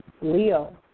Leo